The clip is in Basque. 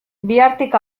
bihartik